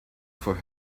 for